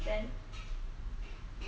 oh